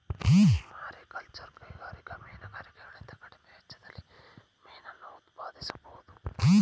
mariculture ಕೈಗಾರಿಕಾ ಮೀನುಗಾರಿಕೆಗಿಂತ ಕಡಿಮೆ ವೆಚ್ಚದಲ್ಲಿ ಮೀನನ್ನ ಉತ್ಪಾದಿಸ್ಬೋಧು